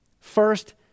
First